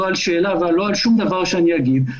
לא על שאלה ולא על שום דבר שאני אגיד,